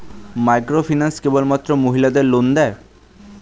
Microfinance কেবলমাত্র মহিলাদের loan দেয়?